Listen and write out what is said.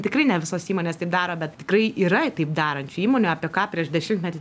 tikrai ne visos įmonės taip daro bet tikrai yra taip darančių įmonių apie ką prieš dešimtmetį